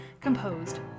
composed